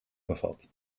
bevat